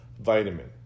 vitamin